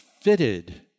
fitted